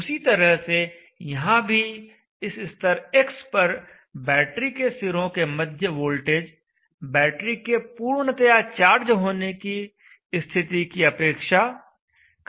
उसी तरह से यहाँ भी इस स्तर x पर बैटरी के सिरों के मध्य वोल्टेज बैटरी के पूर्णतया चार्ज होने की स्थिति की अपेक्षा काफी कम हो गया है